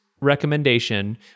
recommendation